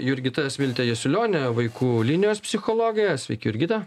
jurgita smiltė jasiulionė vaikų linijos psichologė sveiki jurgita